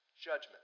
judgment